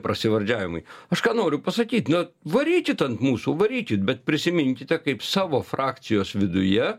prasivardžiavimai aš ką noriu pasakyt nu varykit ant mūsų varykit bet prisiminkite kaip savo frakcijos viduje